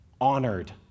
honored